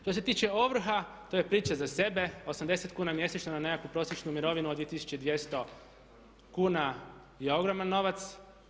Što se tiče ovrha, to je priča za sebe, 80 kuna mjesečno na nekakvu prosječnu mirovinu od 2200 kuna je ogroman novac.